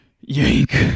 yank